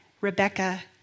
Rebecca